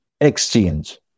exchange